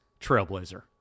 Trailblazer